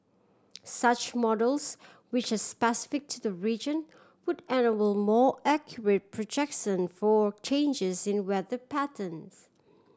such models which are specific to the region would enable more accurate projection for changes in weather patterns